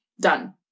done